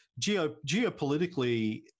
Geopolitically